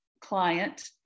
client